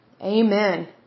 Amen